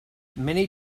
many